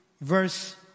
verse